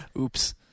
Oops